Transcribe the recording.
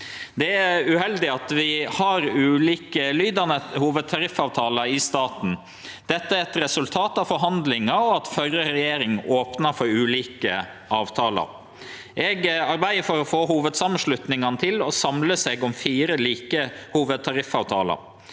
Det er uheldig at vi har ulikelydande hovudtariffavtalar i staten. Det er eit resultat av forhandlingar og av at førre regjering opna for ulike avtalar. Eg arbeider for å få hovudsamanslutningane til å samle seg om fire like hovudtariffavtalar.